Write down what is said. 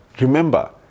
remember